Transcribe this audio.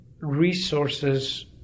resources